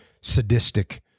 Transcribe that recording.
sadistic